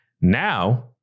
Now